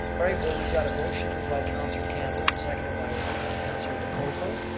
all right, well we've got a motion moved by councilor campbell and seconded by councilor lococo.